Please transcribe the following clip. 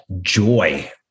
joy